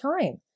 time